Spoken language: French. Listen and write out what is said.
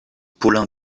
paulin